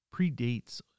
predates